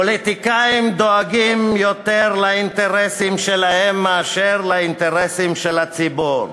פוליטיקאים דואגים יותר לאינטרסים שלהם מאשר לאינטרסים של הציבור,